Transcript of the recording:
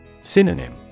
Synonym